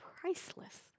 priceless